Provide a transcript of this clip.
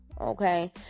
okay